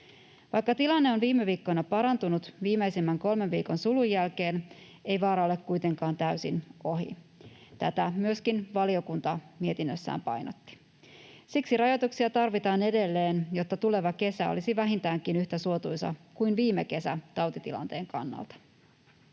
Vaikka tilanne on viime viikkoina parantunut viimeisimmän kolmen viikon sulun jälkeen, ei vaara ole kuitenkaan täysin ohi. Tätä myöskin valiokunta mietinnössään painotti. Siksi rajoituksia tarvitaan edelleen, jotta tuleva kesä olisi tautitilanteen kannalta